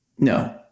No